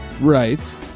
Right